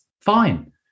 fine